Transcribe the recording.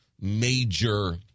major